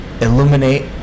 illuminate